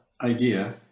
idea